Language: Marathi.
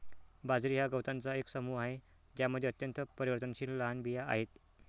बाजरी हा गवतांचा एक समूह आहे ज्यामध्ये अत्यंत परिवर्तनशील लहान बिया आहेत